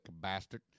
Bastard